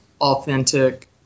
authentic